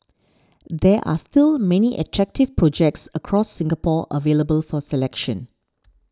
there are still many attractive projects across Singapore available for selection